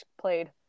played